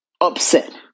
upset